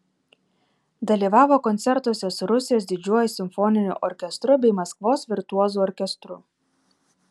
dalyvavo koncertuose su rusijos didžiuoju simfoniniu orkestru bei maskvos virtuozų orkestru